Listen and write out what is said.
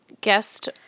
Guest